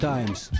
Times